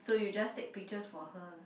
so you just take pictures for her